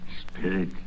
Spirit